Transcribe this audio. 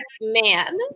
man